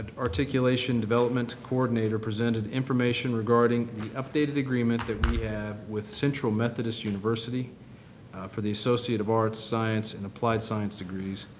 and articulation development coordinator, presented information regarding the updated agreement that we have with central methodist university for the associate of arts, science and applied science degrees.